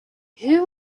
who